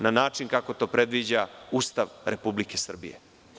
Na način kako to predviđa Ustav Republike Srbije.